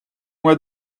moi